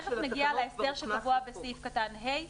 מיד נגיע להסדר שקבוע בסעיף קטן (ה),